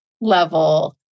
level